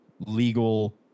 legal